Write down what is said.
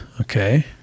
Okay